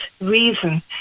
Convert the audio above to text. reason